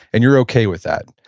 and you're okay with that.